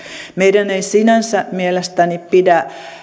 meidän ei sinänsä mielestäni pidä